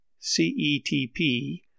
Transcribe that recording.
CETP